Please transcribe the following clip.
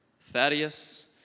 Thaddeus